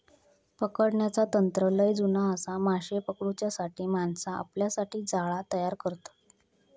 पकडण्याचा तंत्र लय जुना आसा, माशे पकडूच्यासाठी माणसा आपल्यासाठी जाळा तयार करतत